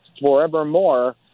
forevermore